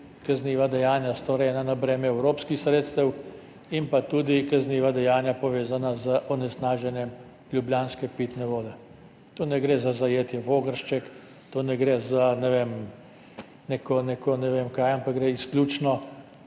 kazniva dejanja, storjena na breme evropskih sredstev, in tudi kazniva dejanja, povezana z onesnaženjem ljubljanske pitne vode. Tu ne gre za zajetje Vogršček, tu ne gre za neko, ne vem kaj, ampak gre izključno